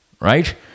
right